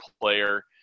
player